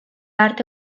arte